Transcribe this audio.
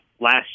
last